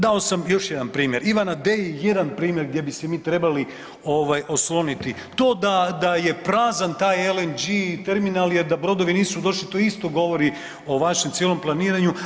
Dao sam još jedan primjer Ivana D. jedan primjer gdje bi se mi trebali ovaj osloniti, to da, da je prazan taj LNG terminal je da brodovi nisu došli, to isto govori o vašem cijelom planiranju.